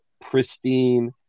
pristine